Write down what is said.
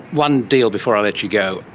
one deal before i let you go,